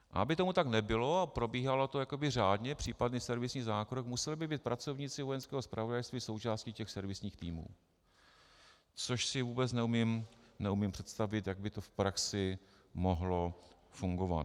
A aby tomu tak nebylo a probíhalo to řádně, případně servisní zákrok, museli by být pracovníci Vojenského zpravodajství součástí těch servisních týmů, což si vůbec neumím představit, jak by to v praxi mohlo fungovat.